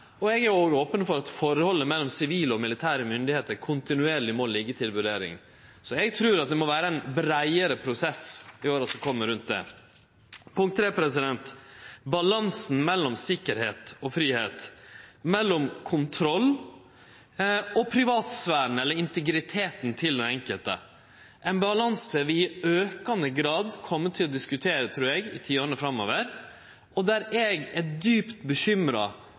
Eg er òg open for at forholdet mellom sivile og militære myndigheiter kontinuerleg må liggje til vurdering. Så eg trur at det må vere ein breiare prosess i åra som kjem, rundt det. Punkt tre er balansen mellom tryggleik og fridom, mellom kontroll og privatsfæren eller integriteten til den enkelte. Det er ein balanse eg trur vi i aukande grad kjem til å diskutere i tiåra framover, og der er eg djupt bekymra